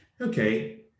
Okay